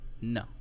No